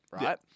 Right